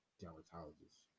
dermatologist